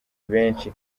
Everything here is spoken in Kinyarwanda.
benshi